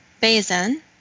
Basin